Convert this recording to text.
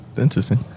interesting